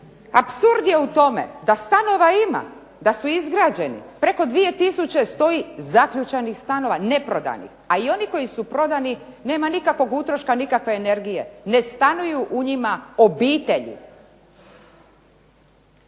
apsurd je u tome da stanova ima, da su izgrađeni, preko 2000 stoji zaključanih stanova neprodanih, a i oni koji su prodani nema nikakvog utroška, nema nikakve energije, ne stanuju u njima obitelji.